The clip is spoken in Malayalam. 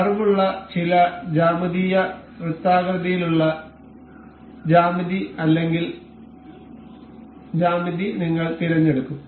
കർവ് ഉള്ള ചില ജ്യാമിതീയ വൃത്താകൃതിയിലുള്ള ജ്യാമിതി അല്ലെങ്കിൽ ജ്യാമിതി നിങ്ങൾ തിരഞ്ഞെടുക്കും